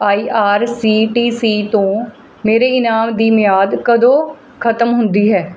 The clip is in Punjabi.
ਆਈ ਆਰ ਸੀ ਟੀ ਸੀ ਤੋਂ ਮੇਰੇ ਇਨਾਮ ਦੀ ਮਿਆਦ ਕਦੋਂ ਖਤਮ ਹੁੰਦੀ ਹੈ